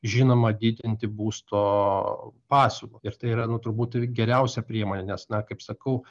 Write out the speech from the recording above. žinoma didinti būsto pasiūlą ir tai yra nu turbūt geriausia priemonė nes na kaip sakau